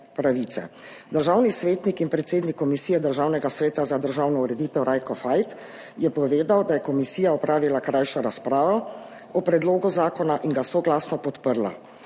pravice. Državni svetnik in predsednik komisije Državnega sveta za državno ureditev Rajko Fajt je povedal, da je komisija opravila krajšo razpravo o predlogu zakona in ga soglasno podprla.